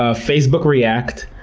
ah facebook react,